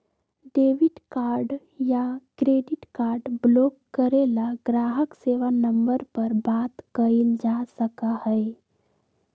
debit card या credit card block करे ला ग्राहक सेवा नंबर पर बात कइल जा सका हई